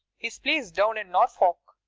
his place down in norfolk.